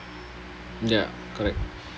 ya correct